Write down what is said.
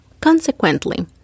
Consequently